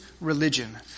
religion